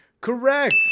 Correct